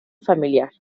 familiar